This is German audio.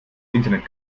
internet